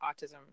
autism